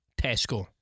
Tesco